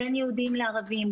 בין יהודים לערבים,